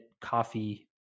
coffee